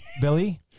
Billy